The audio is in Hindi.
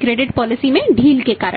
क्रेडिट में ढील के कारण